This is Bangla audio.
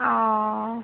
ও